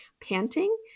panting